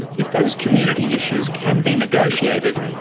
if those community issues can be negotiated,